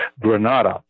Granada